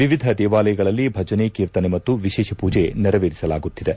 ವಿವಿಧ ದೇವಾಲಯಗಳಲ್ಲಿ ಭಜನೆ ಕೀರ್ತನೆ ಮತ್ತು ವಿಶೇಷ ಪೂಜೆ ನೆರವೇರಿಸಲಾಗುತ್ತಿದೆ